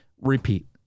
Repeat